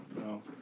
No